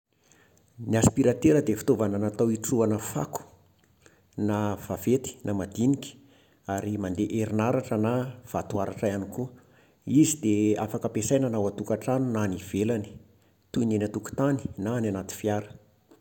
Ny aspiratera dia fitaovana natao hitrohana fako, na vaventy na madinika. Ary mandeha herinaratra na vatoaratra ihany koa. Izy dia afaka ampiasaina na ao an-tokantrano na any ivelany, toy ny eny an-tokontany na any anaty fiara.